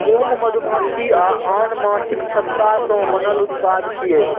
मोम मधुमाछी आ आन माछीक छत्ता सं बनल उत्पाद छियै